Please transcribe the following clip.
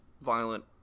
violent